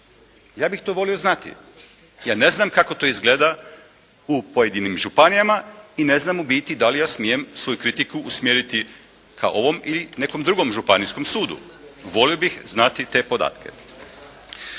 Ja bih to volio znati. Ja ne znam kako to izgleda u pojedinim županijama i ne znam u biti da li ja smijem svoju kritiku usmjeriti ka ovom i nekom drugom županijskom sudu. Volio bih znati te podatke.